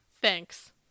Thanks